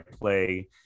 play